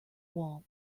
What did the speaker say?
wall